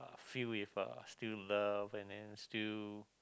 feel with uh still in love and then still